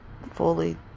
Fully